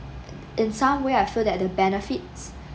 in some way I feel that the benefits